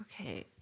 Okay